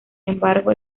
embargo